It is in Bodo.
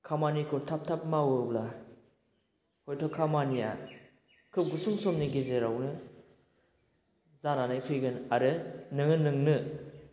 खामानिखौ थाब थाब मावोब्ला हयथ' खामानिया खोब गुसुं समनि गेजेरावनो जानानै फैगोन आरो नोङो नोंनो